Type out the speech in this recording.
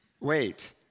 Wait